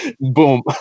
boom